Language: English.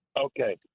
Okay